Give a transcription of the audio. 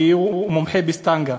כי הוא מומחה בסטנגה.